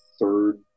third